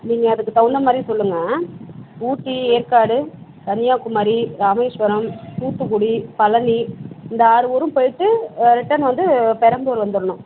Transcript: நீங்கள் அதுக்கு தகுந்த மாதிரி சொல்லுங்கள் ஊட்டி ஏற்காடு கன்னியாகுமாரி ராமேஸ்வரம் தூத்துக்குடி பழனி இந்த ஆறு ஊரும் போய்ட்டு ரிட்டன் வந்து பெரம்பலூர் வந்துடணும்